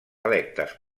electes